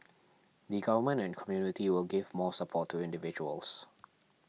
the Government and community will give more support to individuals